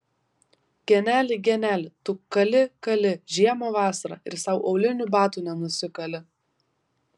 geneli geneli tu kali kali žiemą vasarą ir sau aulinių batų nenusikali